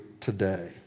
today